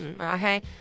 Okay